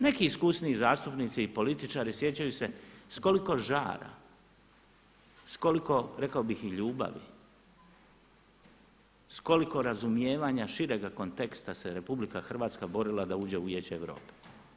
Neki iskusniji zastupnici i političari sjećaju se s koliko žara, s koliko ja bih rekao ljubavi, s koliko razumijevanja širega konteksta se RH borila da uđe u Vijeće Europe.